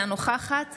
אינה נוכחת